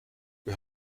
wir